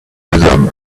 them